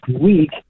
week